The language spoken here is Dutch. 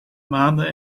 maanden